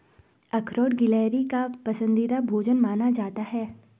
अखरोट गिलहरी का पसंदीदा भोजन माना जाता है